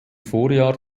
vorjahr